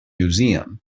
museum